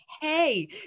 hey